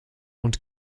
und